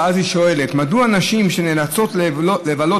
ואז היא שואלת: מדוע נשים שנאלצות לבלות